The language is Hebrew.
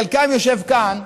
חלקכם יושב כאן,